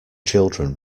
children